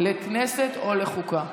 לכנסת או לחוקה.